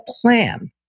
plan